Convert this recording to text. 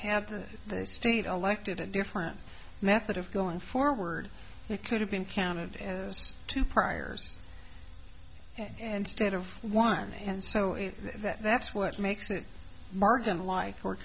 had the state elected a different method of going forward it could have been counted as two priors and stead of one and so that's what makes it margin like or